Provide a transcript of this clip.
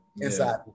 inside